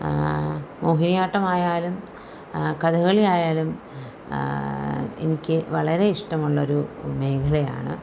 മോഹിനിയാട്ടമായാലും കഥകളി ആയാലും എനിക്ക് വളരെ ഇഷ്ടമുള്ളൊരു മേഖലയാണ്